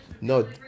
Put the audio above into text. No